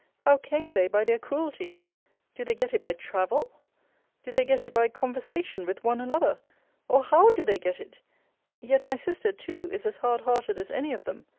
how came they by their cruelty do they get it by travel do they get it by conversation with one another or how do they get it yet my sister, too, is as hard-hearted as any of them.